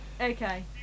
Okay